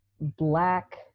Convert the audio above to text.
black